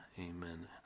amen